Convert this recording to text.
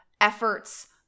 efforts